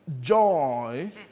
joy